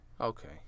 Okay